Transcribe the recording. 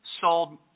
sold